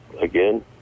again